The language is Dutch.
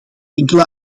enkele